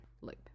loop